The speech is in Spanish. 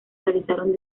realizaron